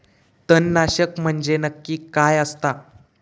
तणनाशक म्हंजे नक्की काय असता?